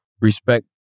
respect